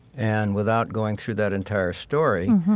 and without going through that entire story,